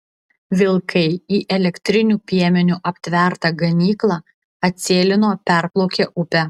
vilkai į elektriniu piemeniu aptvertą ganyklą atsėlino perplaukę upę